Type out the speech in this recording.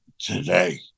Today